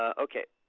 okay.